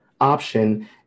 option